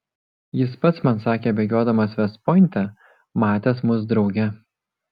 jis pats man sakė bėgiodamas vest pointe matęs mus drauge